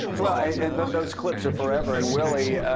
well, those clips are forever and willie,